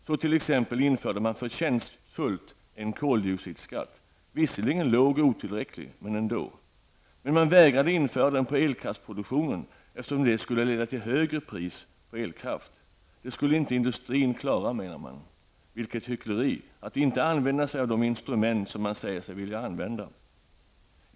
Så t.ex. införde man förtjänstfullt en koldioxidskatt. Den var visserligen låg och otillräcklig, men ändå. Man vägrade emellertid att införa den på elkraftsproduktionen, eftersom detta skulle leda till högre pris på elkraft. Det skulle industrin inte klara, menar man. Vilket hyckleri att inte använda sig av de instrument som man säger sig vilja använda.